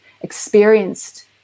experienced